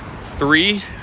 Three